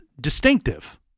distinctive